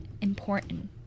important